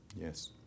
Yes